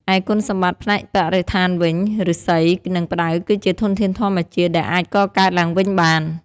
ឯគុណសម្បត្តិផ្នែកបរិស្ថានវិញ ឫស្សី និងផ្តៅគឺជា ធនធានធម្មជាតិ ដែលអាចកកើតឡើងវិញបាន។